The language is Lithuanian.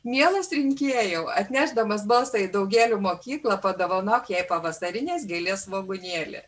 mielas rinkėjau atnešdamas balsą į daugėlių mokyklą padovanok jai pavasarinės gėlės svogūnėlį